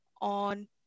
on